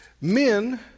men